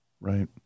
right